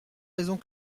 raisons